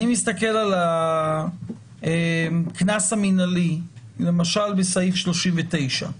אני מסתכל על הקנס המנהלי, למשל בסעיף 39,